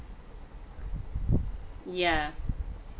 yeah